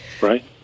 right